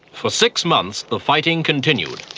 for six months the fighting continued.